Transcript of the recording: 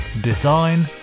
design